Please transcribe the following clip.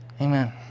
amen